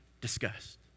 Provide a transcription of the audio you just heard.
discussed